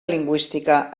lingüística